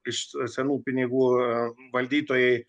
iš senų pinigų valdytojai